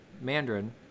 Mandarin